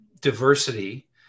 diversity